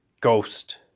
ghost